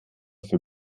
für